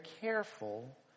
careful